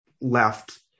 left